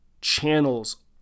channels